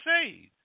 saved